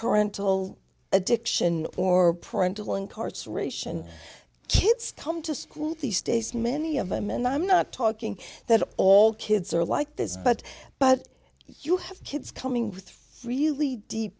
parental addiction or parental incarceration kids come to school these days many of them and i'm not talking that all kids are like this but but you have kids coming with really deep